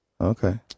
Okay